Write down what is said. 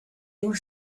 your